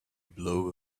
blow